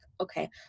okay